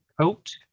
coat